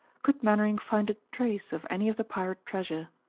could mainwaring find a trace of any of the pirate treasure.